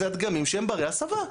אלה הם דגמים שהם ברי הסבה.